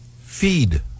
feed